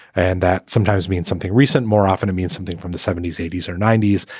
and that sometimes means something recent. more often it means something from the seventy s, eighty s or ninety s.